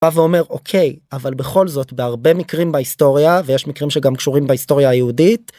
בא ואומר אוקיי אבל בכל זאת בהרבה מקרים בהיסטוריה ויש מקרים שגם קשורים בהיסטוריה היהודית.